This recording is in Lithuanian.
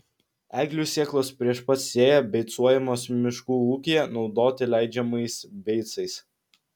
eglių sėklos prieš pat sėją beicuojamos miškų ūkyje naudoti leidžiamais beicais